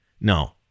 No